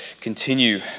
continue